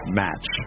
match